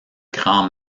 grand